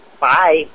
Bye